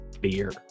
beer